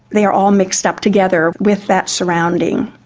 they are all mixed up together with that surrounding.